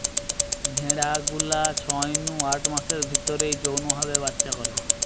ভেড়া গুলা ছয় নু আট মাসের ভিতরেই যৌন ভাবে বাচ্চা করে